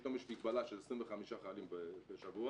פתאום יש מגבלה של 25 חיילים בשבוע,